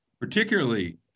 particularly